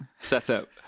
setup